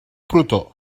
protó